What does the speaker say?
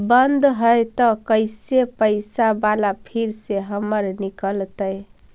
बन्द हैं त कैसे पैसा बाला फिर से हमर निकलतय?